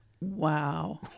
Wow